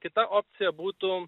kita opcija būtų